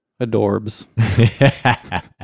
adorbs